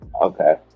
okay